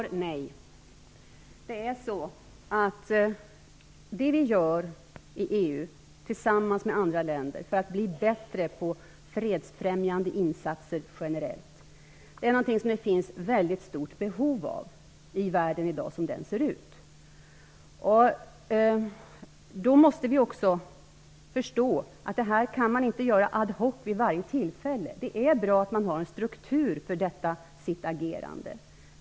Fru talman! Svaret är nej. Det vi gör i EU tillsammans med andra länder för att bli bättre på fredsfrämjande insatser generellt är någonting som det finns väldigt stort behov av i världen i dag, som den ser ut. Då måste vi också förstå att man inte kan göra det här ad hoc vid varje tillfälle. Det är bra att man har en struktur för detta sitt agerande.